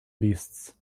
beasts